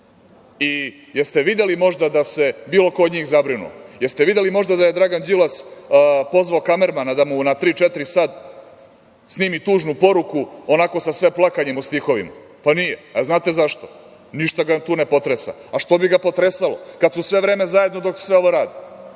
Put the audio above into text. li ste videli možda da se bilo ko od njih zabrinuo? Da li ste videli možda da je Dragan Đilas pozvao kamermana da mu na tri-četiri-sad snimi tužnu poruku onako sa sve plakanjem u stihovima? Pa, nije. Znate zašto? Ništa ga tu ne potresa. Što bi ga potresalo, kad su sve vreme zajedno dok se sve ovo radi?